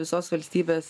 visos valstybės